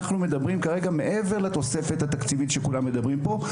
אנחנו מדברים כרגע מעבר לתוספת התקציבית שכולם מדברים פה.